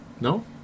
No